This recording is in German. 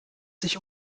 sich